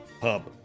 Pub